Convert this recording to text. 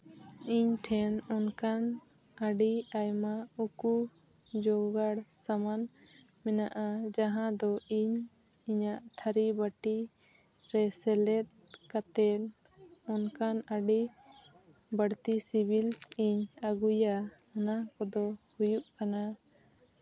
ᱤᱧ ᱴᱷᱮᱱ ᱚᱱᱠᱟᱱ ᱟᱹᱰᱤ ᱟᱭᱢᱟ ᱩᱠᱩ ᱡᱚᱜᱟᱲ ᱥᱟᱢᱟᱱ ᱢᱮᱱᱟᱜᱼᱟ ᱡᱟᱦᱟᱸ ᱫᱚ ᱤᱧ ᱤᱧᱟᱹᱜ ᱛᱷᱟᱹᱨᱤ ᱵᱟᱹᱴᱤ ᱨᱮ ᱥᱮᱞᱮᱫ ᱠᱟᱛᱮ ᱚᱱᱠᱟᱱ ᱟᱹᱰᱤ ᱵᱟᱹᱲᱛᱤ ᱥᱤᱵᱤᱞ ᱤᱧ ᱟᱹᱜᱩᱭᱟ ᱚᱱᱟ ᱠᱚᱫᱚ ᱦᱩᱭᱩᱜ ᱠᱟᱱᱟ